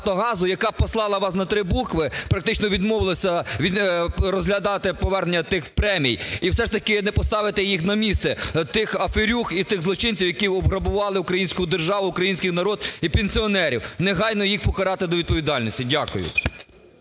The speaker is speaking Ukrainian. яка послала вас на три букви, практично відмовилася розглядати повернення тих премій, і все ж таки не поставите їх на місце, тих аферюг і тих злочинців, які обграбували українську державу, український народ і пенсіонерів? Негайно їх покарати до відповідальності. Дякую.